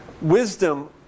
wisdom